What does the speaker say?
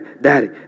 Daddy